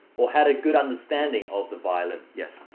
or had a good understanding of the violin. yes.